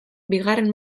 bigarren